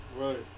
Right